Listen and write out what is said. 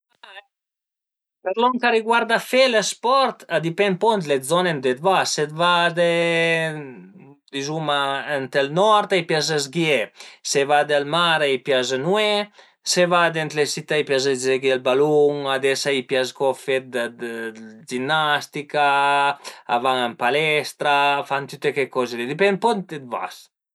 Për lon ch'a riguarda fe lë sport a dipend ën po le zone ëndua vas, se vade dizuma ënt ël nord a i pias sghiè, se vade al mar a i pias nué, se vade ën le sità a i pias giõghi al balun, ades a i pias co fe ginnastica, a van ën palestra, a fan tüte che coze li, a dipend ën po ëndua vas